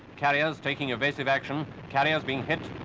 carriers taking evasive action, carriers being hit,